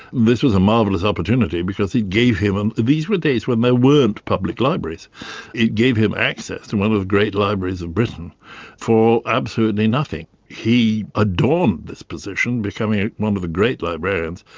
this was a marvellous opportunity because it gave him and these were days when there weren't public libraries it gave him access to one of the great libraries of britain for absolutely nothing. he adorned this position, becoming ah one of the great librarians.